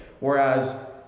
Whereas